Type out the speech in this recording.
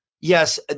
Yes